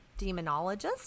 demonologist